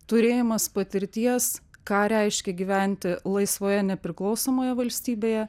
turėjimas patirties ką reiškia gyventi laisvoje nepriklausomoje valstybėje